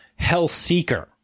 Hellseeker